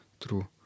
true